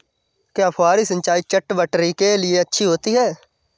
क्या फुहारी सिंचाई चटवटरी के लिए अच्छी होती है?